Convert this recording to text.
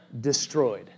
destroyed